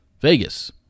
Vegas